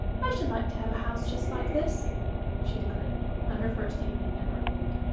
i should like to have a house just like this she declared, on her first evening at runnymede,